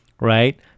right